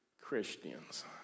Christians